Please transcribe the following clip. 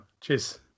Cheers